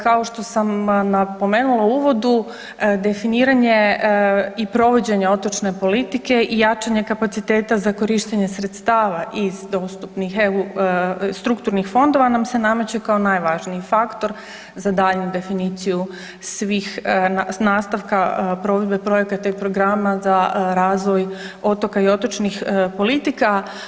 Kao što sam napomenula u uvodu definiranje i provođenje otočne politike i jačanje kapaciteta za korištenje sredstava iz dostupnih EU strukturnih fondova nam se nameće kao najvažniji faktor za daljnju definiciju svih s nastavka provedbe projekata i programa za razvoj otoka i otočnih politika.